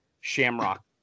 shamrock